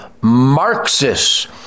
Marxists